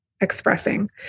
expressing